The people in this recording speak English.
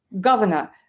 governor